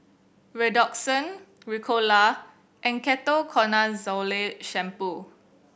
Redoxon Ricola and Ketoconazole Shampoo